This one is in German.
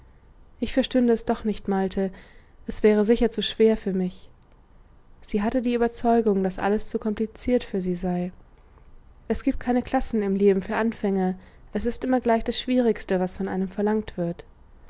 ich verstünde es doch nicht malte es wäre sicher zu schwer für mich sie hatte die überzeugung daß alles zu kompliziert für sie sei es giebt keine klassen im leben für anfänger es ist immer gleich das schwierigste was von einem verlangt wird